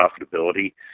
profitability